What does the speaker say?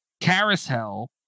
Carousel